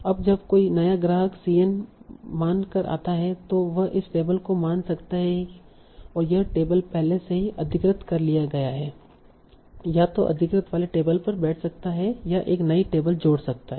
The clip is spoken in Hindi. अब जब कोई नया ग्राहक Cn मान पर आता है तो वह इस टेबल को मान सकता है और यह टेबल पहले से ही अधिकृत कर लिया गया है या तो अधिकृत वाले टेबल पर बैठ सकता है या एक नई टेबल जोड़ सकता है